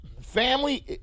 Family